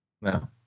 No